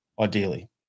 ideally